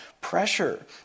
pressure